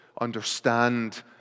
understand